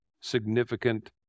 significant